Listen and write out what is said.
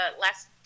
last